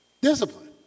Discipline